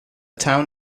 town